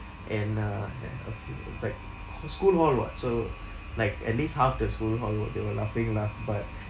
and uh and a few ha~ school hall [what] so like at least half the school hall were they were laughing lah but